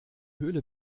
höhle